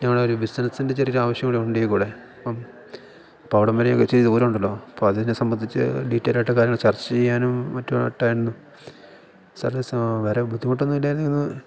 ഞങ്ങളൊരു ബിസിനസ്സിൻ്റെ ചെറിയൊരു ആവശ്യം കൂടെ ഉണ്ടേതികൂടെ അപ്പം അപ്പവിടം വരെയൊക്കെ ഇച്ചിരി ദൂരൂണ്ടല്ലോ അപ്പൊ അതിനെ സംബന്ധിച്ച് ഡീറ്റെയിലായിട്ട് കാര്യങ്ങള് ചർച്ച ചെയ്യാനും മറ്റുമായിട്ടായിരുന്നു സാറേ സാ വേറെ ബുദ്ധിമുട്ടൊന്നും ഇല്ലായിരുന്നെങ്കി ഒന്ന്